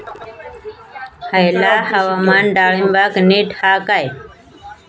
हयला हवामान डाळींबाक नीट हा काय?